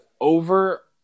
over